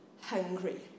hungry